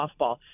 softball